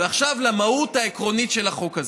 עכשיו, למהות העקרונית של החוק הזה.